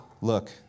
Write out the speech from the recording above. Look